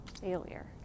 failure